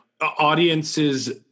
Audiences